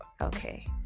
Okay